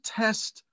test